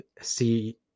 see